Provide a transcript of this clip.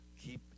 keep